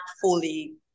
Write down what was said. fully